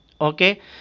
okay